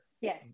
yes